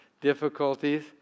difficulties